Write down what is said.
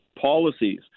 policies